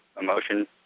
emotion